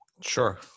Sure